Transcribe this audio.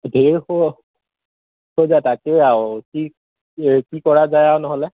তাকেই আৰু কি কি কৰা যায় আৰু নহ'লে